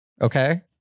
okay